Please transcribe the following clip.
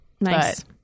Nice